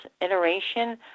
iteration